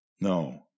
No